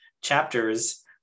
chapters